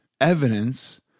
evidence